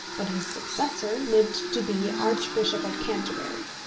but his successor lived to be archbishop of canterbury.